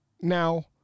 Now